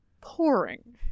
Pouring